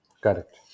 correct